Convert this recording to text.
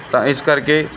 ਤਾਂ ਇਸ ਕਰਕੇ